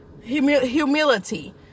humility